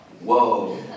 Whoa